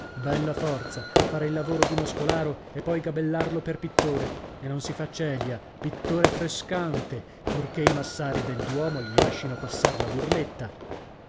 bella forza fare il lavoro d'uno scolaro e poi gabellarlo per pittore e non si fa celia pittore frescante purchè i massari del duomo gli lascino passar la burletta